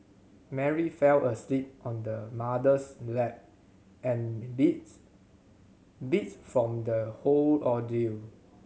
Mary fell asleep on her mother's lap and beats beats from the whole ordeal